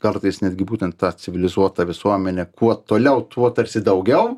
kartais netgi būtent ta civilizuota visuomenė kuo toliau tuo tarsi daugiau